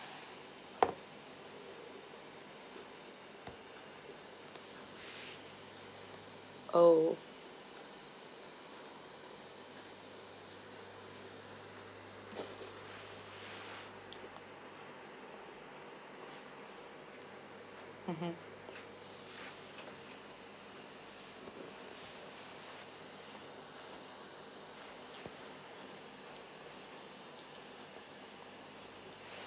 oh mmhmm